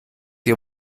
ihr